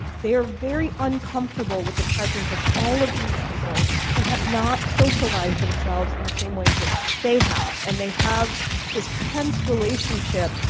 they are very uncomfortable with the presence of all of these people who have not socialized themselves in the same ways that they have. and they have this tense relationship,